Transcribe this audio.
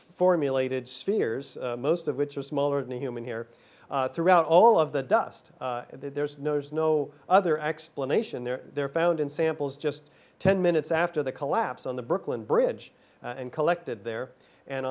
formulated spheres most of which are smaller than a human here throughout all of dust there is no there's no other explanation they're there found in samples just ten minutes after the collapse on the brooklyn bridge and collected there and